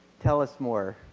tell us more.